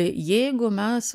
jeigu mes